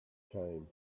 came